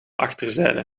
achterzijde